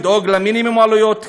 לדאוג למינימום עלויות,